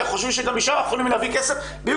כי אנחנו חושבים שגם אשה יכולה להביא כסף בדיוק